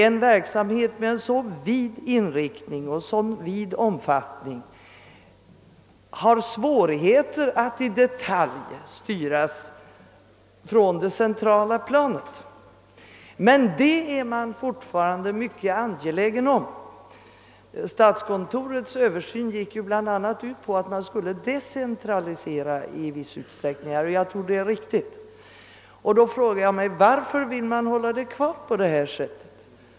En verksamhet med en så vid inriktning och en så vid omfattning är det svårt att i detalj styra från det centrala planet. Statskontorets översyn gick ju bl.a. ut på att man skulle decentralisera i viss utsträckning, och jag tror att det är riktigt att göra det. Därför frågar jag: Varför vill man fortsätta på detta sätt?